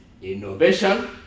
Innovation